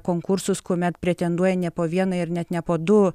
konkursus kuomet pretenduoja ne po vieną ir net ne po du